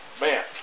Man